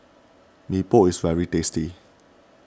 Mee Pok is very tasty